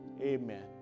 amen